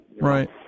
Right